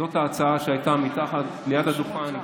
זאת ההצעה שהייתה ליד הדוכן.